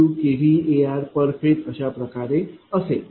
692 kVArph अशाप्रकारे असेल